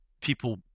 people